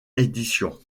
éditions